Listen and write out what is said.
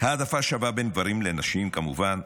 העדפה שווה בין גברים לנשים כמובן,